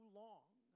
long